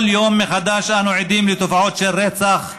כל יום מחדש אנו עדים לתופעות של רצח,